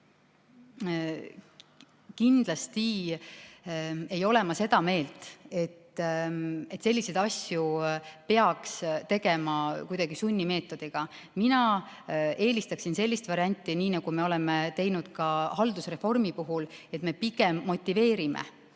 palk. Kindlasti ei ole ma seda meelt, et selliseid asju peaks tegema kuidagi sunnimeetodiga. Mina eelistan sellist varianti, nagu me oleme teinud ka haldusreformi puhul, et me pigem motiveerime